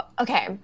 okay